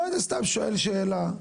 אז אני סתם שואל שאלה,